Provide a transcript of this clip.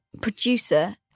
producer